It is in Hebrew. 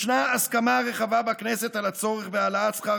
ישנה הסכמה רחבה בכנסת על הצורך בהעלאת שכר